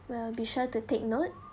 we'll be sure to take note